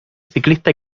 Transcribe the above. ciclista